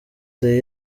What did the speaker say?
the